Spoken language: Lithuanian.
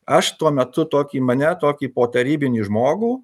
aš tuo metu tokį mane tokį potarybinį žmogų